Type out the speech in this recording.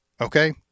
okay